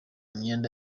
myenda